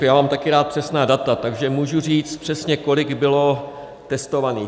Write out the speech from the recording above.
Já mám také rád přesná data, takže můžu říct přesně, kolik bylo testovaných.